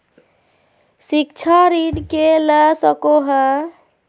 शिक्षा ऋण के ले सको है?